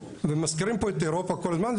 ומזכירים פה את אירופה כל הזמן,